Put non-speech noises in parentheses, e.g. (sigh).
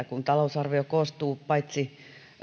(unintelligible) kun talousarvio koostuu paitsi